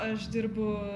aš dirbu